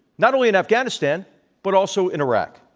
not only in afghanistan but also in iraq.